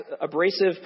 abrasive